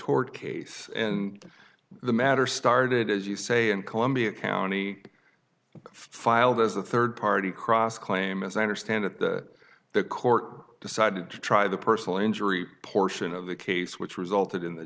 toward case and the matter started as you say in columbia county filed as a third party cross claim as i understand it that the court decided to try the personal injury portion of the case which resulted in the